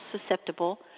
susceptible